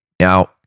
Now